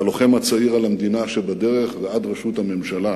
מהלוחם הצעיר על המדינה שבדרך ועד ראשות הממשלה,